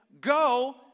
Go